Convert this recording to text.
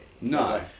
No